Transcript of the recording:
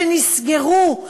שנסגרו,